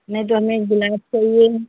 नहीं तो हमें एक गुलाब चाहिए